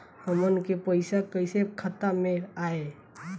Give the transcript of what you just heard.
हमन के पईसा कइसे खाता में आय?